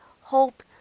hope